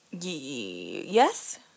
Yes